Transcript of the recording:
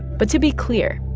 but to be clear,